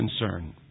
concern